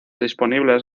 disponibles